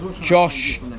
josh